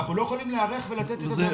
ואנחנו לא יכולים להיערך ולתת את המענה.